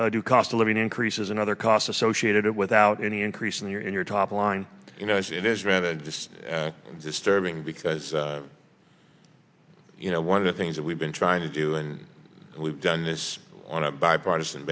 to cost of living increases and other costs associated without any increase in your in your top line you know as it is rather than just disturbing because you know one of the things that we've been trying to do and we've done this on a bipartisan